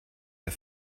der